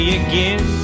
again